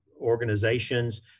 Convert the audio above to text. organizations